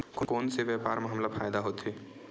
कोन से व्यापार म हमला फ़ायदा होथे?